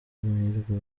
amahirwe